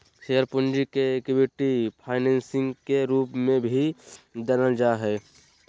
share पूंजी के equity financing के रूप में भी जानल जा हइ